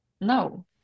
No